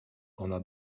ona